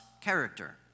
character